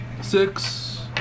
Six